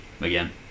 again